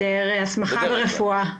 אתי ליבמן עפאי בהיעדר הסמכה ברפואה.